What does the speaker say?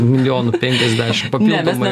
milijonų penkiasdešimt papildomai